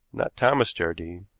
not thomas jardine.